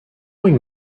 doing